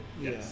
yes